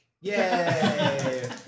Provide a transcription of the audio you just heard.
Yay